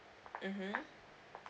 mmhmm